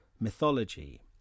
mythology